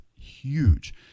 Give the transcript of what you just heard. huge